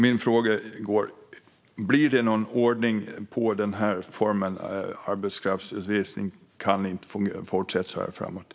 Min fråga är: Blir det någon ordning på detta? Arbetskraftsutvisning kan inte fortsätta att fungera så här.